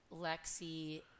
Lexi